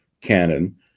canon